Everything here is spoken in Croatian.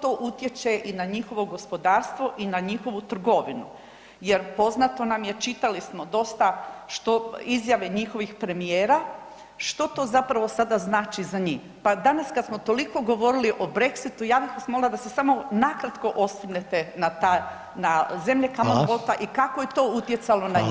to utječe i na njihovo gospodarstvo i na njihovu trgovinu jer poznato nam je, čitali smo dosta što izjave njihovih premijera, što to zapravo sada znači za njih, pa danas kad smo toliko govorili o Brexitu, ja bih vas molila da se samo nakratko osvrnete na zemlje Commonwealtha i kako je to utjecalo na njih.